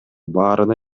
баарына